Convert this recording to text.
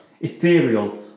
ethereal